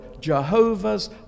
Jehovah's